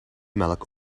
melk